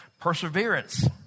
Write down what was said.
perseverance